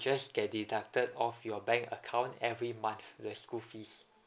just get deducted off your bank account every month the school fees